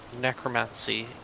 necromancy